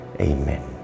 Amen